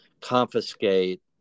confiscate